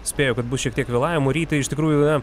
spėjo kad bus šiek tiek vėlavimų ryti iš tikrųjų na